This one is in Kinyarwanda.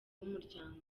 umuryango